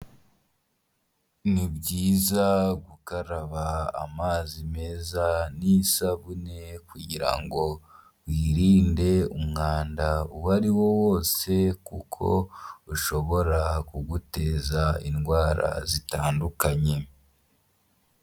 Ni byiza gukaraba amazi meza n'isabune kugira ngo wirinde umwanda uwa ariwo wose, kuko ushobora kuguteza indwara zitandukanye.